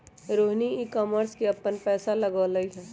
Rohini e commerce में अप्पन पैसा लगअलई ह